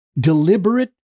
deliberate